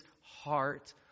heart